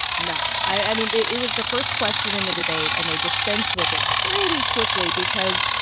no. i mean, it was the first question in the debate. and they dispensed with it pretty quickly because,